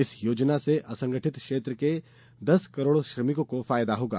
इस योजना से असंगठित क्षेत्र के दस करोड़ श्रमिकों को फायदा होगा